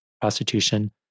prostitution